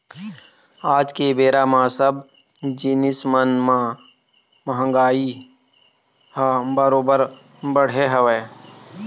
आज के बेरा म सब जिनिस मन म महगाई ह बरोबर बढ़े हवय